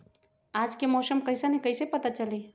आज के मौसम कईसन हैं कईसे पता चली?